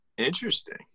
interesting